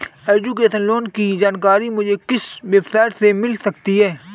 Education loan की जानकारी मुझे किस वेबसाइट से मिल सकती है?